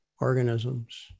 organisms